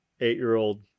eight-year-old